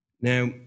Now